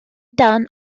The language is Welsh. dan